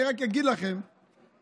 אני רק אגיד לכם שהערב,